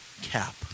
cap